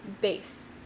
Base